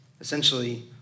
Essentially